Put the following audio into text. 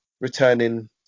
returning